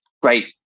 great